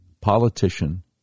politician